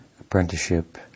apprenticeship